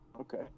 Okay